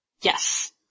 Yes